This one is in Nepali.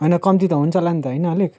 होइन कम्ती त हुन्छ होला नि त होइन अलिक